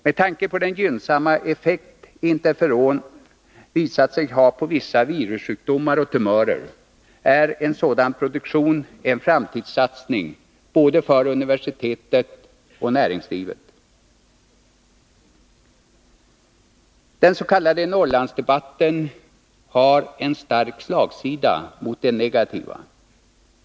Med tanke på den gynnsamma effekt interferon visat sig ha på vissa virussjukdomar och tumörer är en sådan produktion en framtidssatsning både för universitetet och näringslivet. Den s.k. Norrlandsdebatten har en stark slagsida mot det negativa.